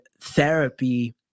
therapy